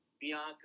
Bianca